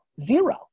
zero